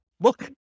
look